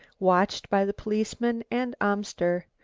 watched by the policeman and amster.